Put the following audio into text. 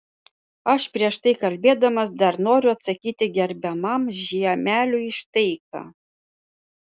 aš prieš tai kalbėdamas dar noriu atsakyti gerbiamam žiemeliui štai ką